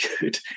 good